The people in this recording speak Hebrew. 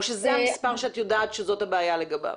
או שזה המספר שאת יודעת שזאת הבעיה לגביו?